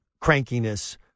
crankiness